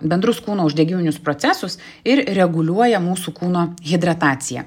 bendrus kūno uždegiminius procesus ir reguliuoja mūsų kūno hidrataciją